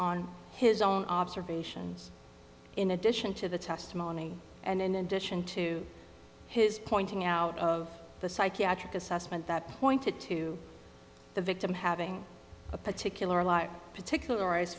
on his own observations in addition to the testimony and in addition to his pointing out of the psychiatric assessment that pointed to the victim having a particular particular